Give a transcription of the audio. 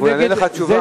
והוא ייתן לך תשובה.